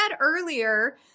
earlier